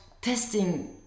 testing